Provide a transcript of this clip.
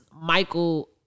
Michael